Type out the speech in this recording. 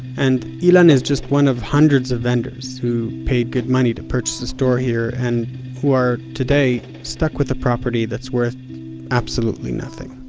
and ilan is just one of hundreds of vendors who paid good money to purchase a store here and who are today stuck with a property that's worth absolutely nothing